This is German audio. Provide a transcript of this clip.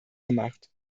gemacht